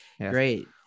great